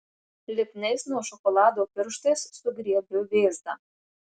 lipniais nuo šokolado pirštais sugriebiu vėzdą